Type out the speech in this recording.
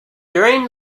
during